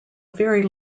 very